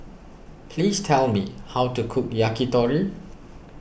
please tell me how to cook Yakitori